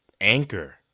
anchor